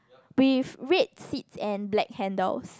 with red seat and black handles